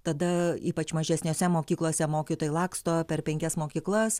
tada ypač mažesniose mokyklose mokytojai laksto per penkias mokyklas